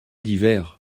d’hiver